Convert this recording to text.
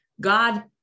God